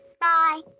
Bye